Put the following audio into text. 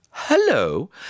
Hello